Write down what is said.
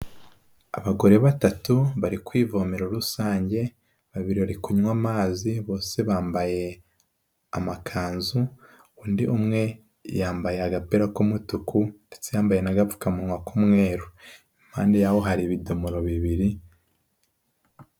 Abagore batatu bari ku ivomera rusange, babiri bari kunywa amazi, bose bambaye amakanzu, undi umwe yambaye agapira k'umutuku ndetse yambaye n'agapfukamuwa k'umweru, impande yabo hari ibidomoro bibiri.